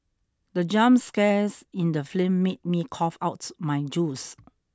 the jump scares in the film made me cough out my juice